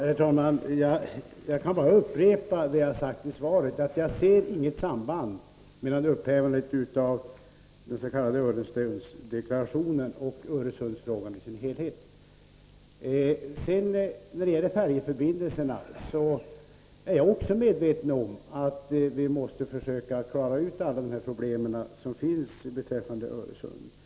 Herr talman! Jag kan bara upprepa det jag har sagt i svaret, att jag inte ser något samband mellan upphävandet av den s.k. Öresundsdeklarationen och Öresundsfrågan i dess helhet. När det gäller färjeförbindelserna är jag också medveten om att vi måste försöka klara ut alla problem som finns beträffande Öresundstrafiken.